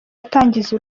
atangiza